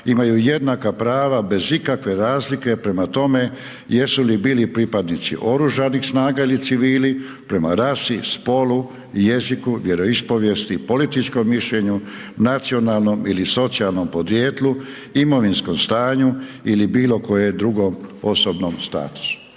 imaju jednaka prava, bez ikakve razlike prema tome, jesu li bili pripadnici oružanih snaga ili civili, prema rasi, spolu, jeziku, vjeroispovijesti, političkom mišljenju, nacionalnom ili socijalnom podrijetlu, imovinskom stanju ili bilo kojem drugom osobnom statusu.